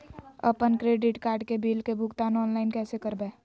अपन credit card के bill के भुगतान ऑनलाइन कैसे करबैय?